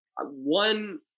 one